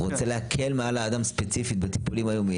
רוצה להקל מעל האדם ספציפי בטיפולים היום,